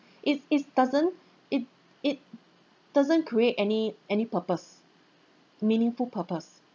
it is doesn't it it doesn't create any any purpose meaningful purpose